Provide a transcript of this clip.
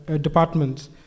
departments